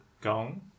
Gong